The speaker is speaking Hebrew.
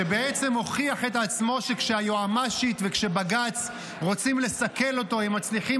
שבעצם הוכיח את עצמו שכשהיועמ"שית וכשבג"ץ רוצים לסכל אותו הם מצליחים